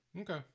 okay